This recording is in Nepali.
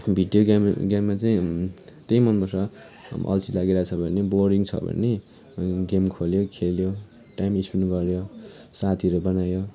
भिडियो गेम गेममा चाहिँ त्यही मनपर्छ अल्छी लागिरहेको छ भने बोरिङ छ भने गेम खोल्यो खेल्यो टाइम स्पेन्ट गऱ्यो साथीहरू बनायो